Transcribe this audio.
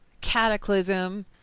Cataclysm